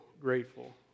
grateful